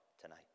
tonight